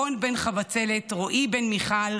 רון בן חבצלת, רועי בן מיכל,